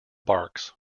barks